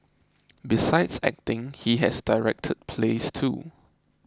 besides acting he has directed plays too